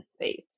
faith